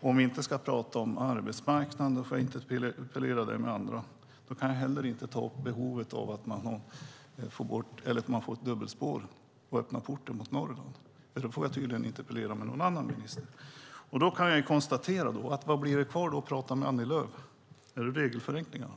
om. Vi ska inte tala om arbetsmarknad - det får jag interpellera andra om. Jag får heller inte ta upp behovet av ett dubbelspår och av att öppna porten mot Norrland - då får jag tydligen interpellera någon annan minister. Då kan jag konstatera att frågan är: Vad blir det kvar att tala med Annie Lööf om? Är det regelförenklingarna?